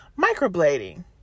microblading